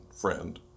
friend